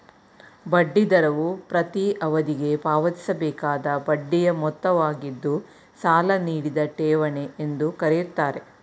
ಬಡ್ಡಿ ದರವು ಪ್ರತೀ ಅವಧಿಗೆ ಪಾವತಿಸಬೇಕಾದ ಬಡ್ಡಿಯ ಮೊತ್ತವಾಗಿದ್ದು ಸಾಲ ನೀಡಿದ ಠೇವಣಿ ಎಂದು ಕರೆಯುತ್ತಾರೆ